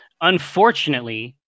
Unfortunately